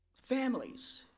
families,